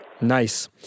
Nice